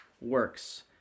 works